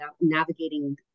navigating